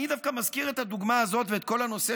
אני דווקא מזכיר את הדוגמה הזאת ואת כל הנושא